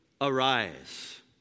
Arise